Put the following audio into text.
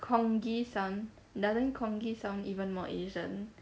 congee sound doesn't congee sound even more asian